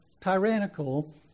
tyrannical